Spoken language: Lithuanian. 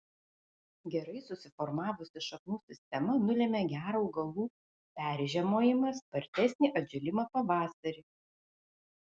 gerai susiformavusi šaknų sistema nulemia gerą augalų peržiemojimą spartesnį atžėlimą pavasarį